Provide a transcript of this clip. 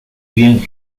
bien